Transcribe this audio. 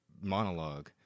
monologue